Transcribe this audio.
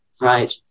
right